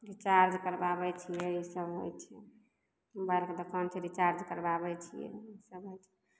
charge करवाबै छियै इसभ होइ छै मोबाइलके दोकानसँ रिचार्ज करवाबै छियै इसभ होइ छै